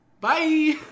Bye